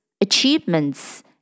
achievements